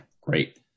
great